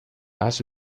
haz